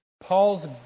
Paul's